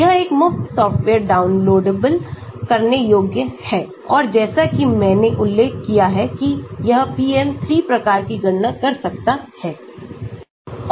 यह एक मुफ्त सॉफ्टवेयर डाउनलोड करने योग्य है और जैसा कि मैंने उल्लेख किया है कि यह PM 3 प्रकार की गणना कर सकता है